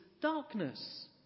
darkness